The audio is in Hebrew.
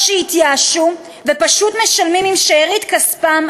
או שהתייאשו ופשוט משלמים עם שארית כספם